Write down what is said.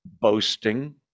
boasting